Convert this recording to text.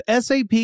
SAP